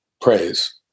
praise